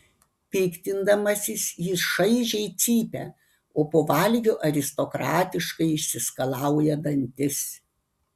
piktindamasis jis šaižiai cypia o po valgio aristokratiškai išsiskalauja dantis